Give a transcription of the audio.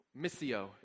Missio